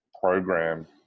program